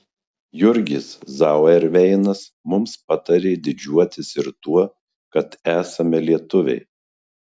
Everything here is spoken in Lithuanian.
jurgis zauerveinas mums patarė didžiuotis ir tuo kad esame lietuviai